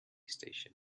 station